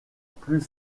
plus